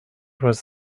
was